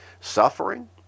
suffering